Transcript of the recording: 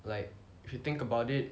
like if you think about it